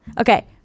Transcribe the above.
okay